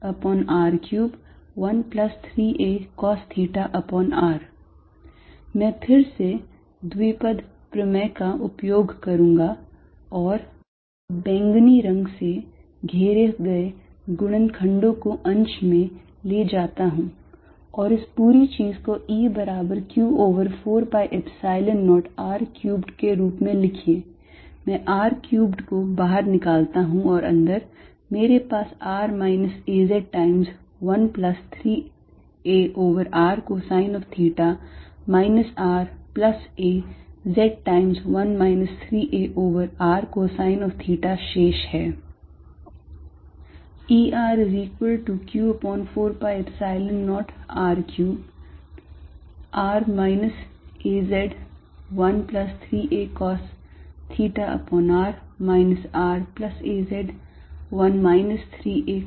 Erq4π0r azr31 3arcosθ razr313arcosθ मैं फिर से द्विपद प्रमेय का उपयोग करूंगा और बैंगनी रंग से घेरे गए गुणनखण्डो को अंश में ले जाता हूँ और इस पूरी चीज़ को E r बराबर q over 4 pi Epsilon 0 r cubed के रूप में लिखिए मैं r cubed को बाहर निकालता हूँ और अंदर मेरे पास r minus 'az' times 1 plus 3a over r cosine of theta minus r plus a z times 1 minus 3 a over r cosine of theta शेष है